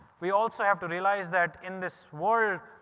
we also have to realise that in this world,